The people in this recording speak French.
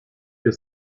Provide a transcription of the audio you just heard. que